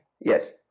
Yes